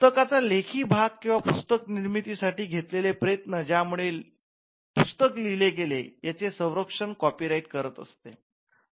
पुस्तकाचा लेखी भाग किंवा पुस्तक निर्मिती साठी घेतलेले प्रयत्न ज्यामुळे पुस्तक लिहिले गेले यांचे संरक्षण कॉपीराइट करत असते